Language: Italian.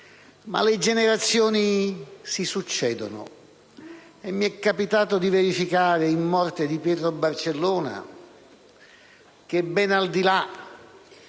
Ma le generazioni si succedono e mi è capitato di verificare, in morte di Pietro Barcellona, che, ben al di là